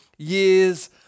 years